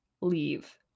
leave